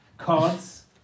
Cards